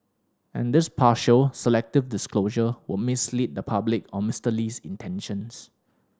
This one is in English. and this partial selective disclosure would mislead the public on Mister Lee's intentions